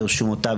ברשימותיו.